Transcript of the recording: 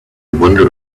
wonder